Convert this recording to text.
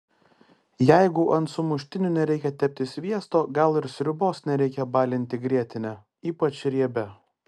jeigu ant sumuštinių nereikia tepti sviesto gal ir sriubos nereikia balinti grietine ypač riebia